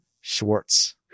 Schwartz